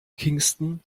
kingston